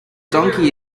donkey